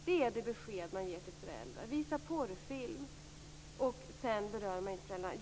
Det är det besked som man ger till föräldrar, att det skall visas porrfilm. I övrigt berör man inte föräldrarna.